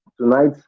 tonight